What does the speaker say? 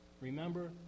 Remember